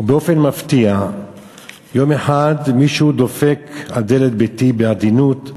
באופן מפתיע יום אחד מישהו דופק על דלת ביתי בעדינות.